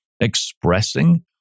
expressing